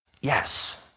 Yes